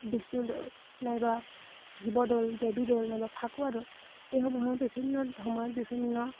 বিষ্ণুদৌল নাইবা শিৱদৌল দেৱীদৌল নাইবা ফাকুৱা দৌল এইসমূহে বিভিন্ন সময়ত বিভিন্ন